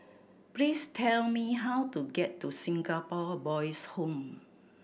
please tell me how to get to Singapore Boys' Home